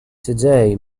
today